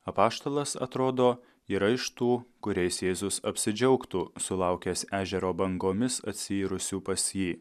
apaštalas atrodo yra iš tų kuriais jėzus apsidžiaugtų sulaukęs ežero bangomis atsiirusių pas jį